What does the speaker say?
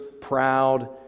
proud